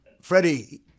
Freddie